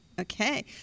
Okay